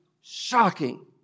Shocking